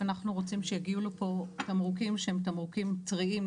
אנחנו רוצים שיגיעו לפה תמרוקים שהם תמרוקים טריים,